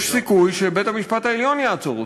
יש סיכוי שבית-המשפט העליון יעצור אותו.